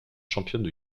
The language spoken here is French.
championne